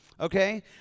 okay